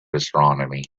astronomy